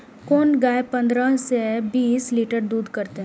कोन गाय पंद्रह से बीस लीटर दूध करते?